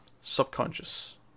Subconscious